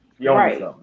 Right